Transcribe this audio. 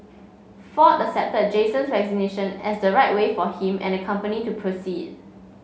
ford accepted Jason's resignation as the right way for him and the company to proceed